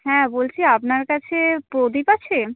হ্যাঁ বলছি আপনার কাছে প্রদীপ আছে